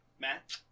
Matt